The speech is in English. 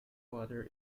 water